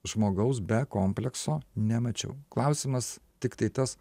žmogaus be komplekso nemačiau klausimas tiktai tas